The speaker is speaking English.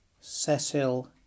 Cecil